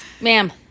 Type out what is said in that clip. Ma'am